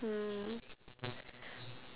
hmm